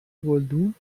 گلدون